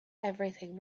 everything